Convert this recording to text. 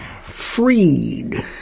Freed